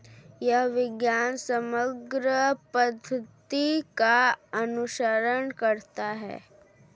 यह विज्ञान समग्र पद्धति का अनुसरण करता है